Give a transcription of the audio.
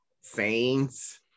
saints